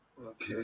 okay